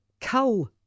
Cull